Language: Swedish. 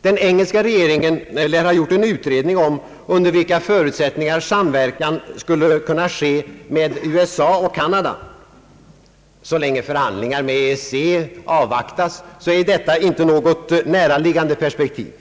Den engelska regeringen lär ha gjort en utredning om under vilka förutsättningar samverkan skulle kunna ske med USA och Kanada. Så länge förhandlingar med EEC avvaktas är detta inte något näraliggande perspektiv,